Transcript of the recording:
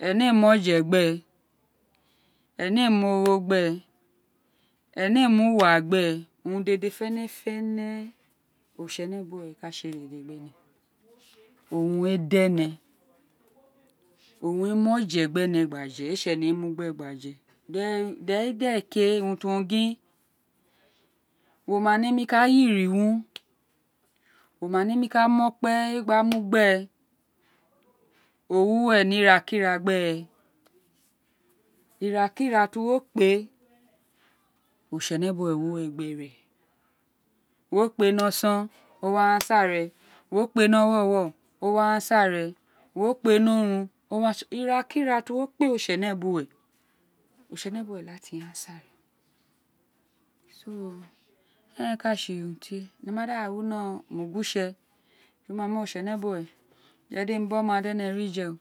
Énè mí oje abe énè éè mi ogho gbe énè éè mr uma gbe urun dédè fénèfénè ori tsene buwe owun re ka tse dede gbe né ówun re dé éné owun re mu ojegbe e̱né gbaje éè tsi ene mu gbe dere kẹ gin wo ma nemi ka yirí wun wo ma nemi ka mu okpe gba mu gbe o wu we ní ira ki ira gbe re ira ki ira tí wo kpe oritsene bu we wi uwe gbere wo kpe ní oson wo kpe ní owowo wo kpe niorun ira kí ira ti wo kpẹ oritsene bume oritsenebuwe k tí eren ka tsi urun tie ene ma da wino énè gu wi itse ejumama je di emi mi oma do ri je o